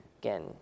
again